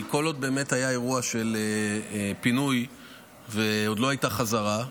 כל עוד באמת היה אירוע של פינוי ועוד לא הייתה חזרה,